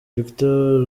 victor